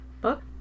Book